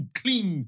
clean